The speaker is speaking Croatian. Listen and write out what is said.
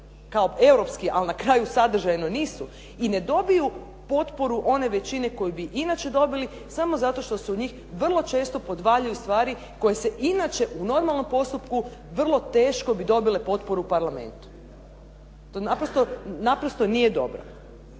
kao europski, ali na kraju sadržajno nisu i ne dobiju potporu one većine koju bi inače dobili samo zato što se u njih vrlo često podvaljuju stvari koje se inače u normalnom postupku vrlo teško bi dobile potporu u Parlamentu. To naprosto nije dobro.